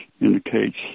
indicates